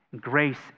grace